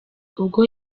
ubwo